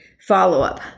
follow-up